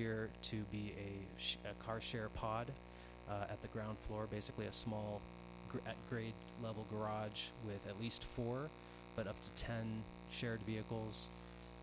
year to be a show that car share pod at the ground floor basically a small grade level garage with at least four but up to ten shared vehicles